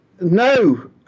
no